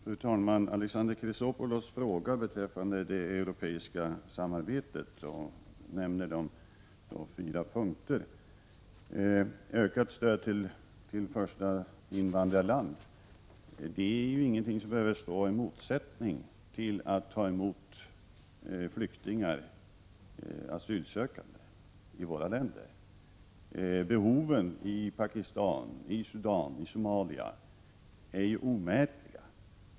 Fru talman! Alexander Chrisopoulos frågar beträffande det europeiska samarbetet och nämner fyra punkter. Ökat stöd till första invandrarland är ju ingenting som behöver stå i motsats till att vi tar emot asylsökande flyktingar i våra länder. Behoven i Pakistan, i Sudan och i Somalia är ju omätliga.